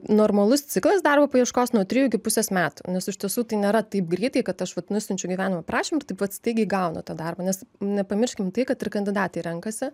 normalus ciklas darbo paieškos nuo trijų iki pusės metų nes iš tiesų tai nėra taip greitai kad aš vat nusiunčiu gyvenimo aprašym ir taip vat staigiai gaunu tą darbą nes nepamirškim tai kad ir kandidatai renkasi